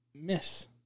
miss